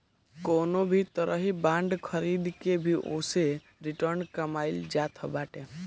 कवनो भी तरही बांड खरीद के भी ओसे रिटर्न कमाईल जात बाटे